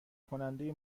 کننده